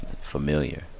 familiar